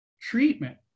treatment